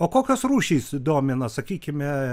o kokios rūšys domina sakykime